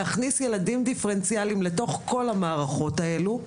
להכניס ילדים דיפרנציאליים אל תוך כל המערכות הללו,